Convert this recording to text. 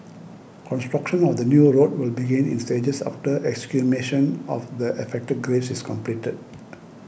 construction of the new road will begin in stages after exhumation of the affected graves is completed